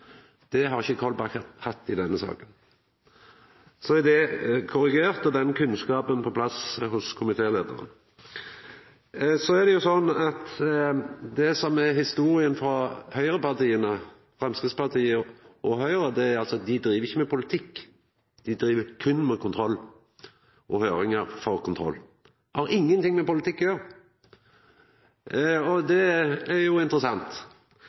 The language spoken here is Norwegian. Det har ikkje Kolberg hatt i denne saka. Så er det korrigert og den kunnskapen på plass hos komitéleiaren. Det som er historia frå høgrepartia, Framstegspartiet og Høgre, er at dei driv ikkje med politikk, dei driv berre med kontroll og høyringar for kontroll. Det har ingenting med politikk å gjera. Det er jo interessant,